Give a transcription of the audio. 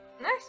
Nice